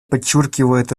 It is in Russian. подчеркивает